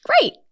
Great